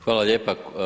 Hvala lijepa.